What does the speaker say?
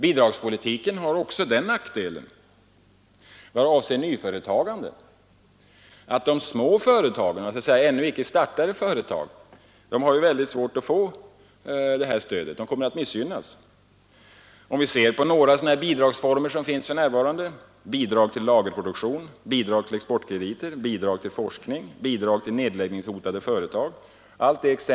Bidragspolitiken har också den nackdelen i vad avser nyföretagandet att de små företagen och ännu icke startade företag har väldigt svårt att få det aktuella stödet. De kommer att missgynnas. Det finns en hel rad sådana bidrag som småföretagen inte kan få: bidrag till lagerproduktion, bidrag till exportkrediter, bidrag till forskning, bidrag till nedläggningshotade företag.